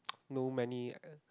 know many